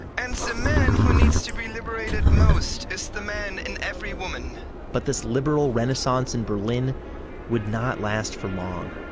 and so the man who needs to be liberated most is the man in every woman but this liberal renaissance in berlin would not last for long